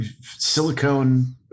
silicone